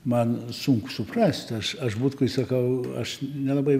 man sunku suprast aš aš butkui sakau aš nelabai